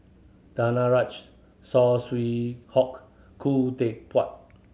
Danaraj Saw Swee Hock Khoo Teck Puat